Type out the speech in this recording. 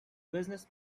business